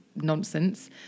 nonsense